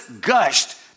gushed